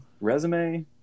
resume